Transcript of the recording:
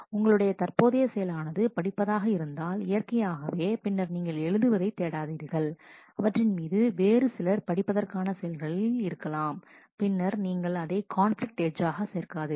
உங்களுடைய தற்போதைய செயலானது படிப்பதாக இருந்தால் இயற்கையாகவே பின்னர் நீங்கள் எழுதுவதை தேடாதீர்கள் அவற்றின்மீது வேறு சிலர் படிப்பதற்கான செயல்களில் இருக்கலாம் பின்னர் நீங்கள் அதை கான்பிலிக்ட் எட்ஜ் ஆக சேர்க்காதீர்கள்